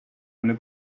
eine